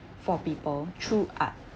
for people through art